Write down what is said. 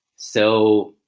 so,